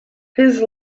his